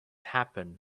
happen